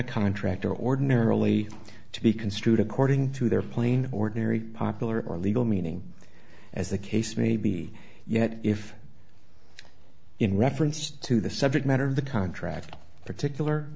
a contract or ordinarily to be construed according to their plain ordinary popular or legal meaning as the case may be yet if in reference to the subject matter of the contract a particular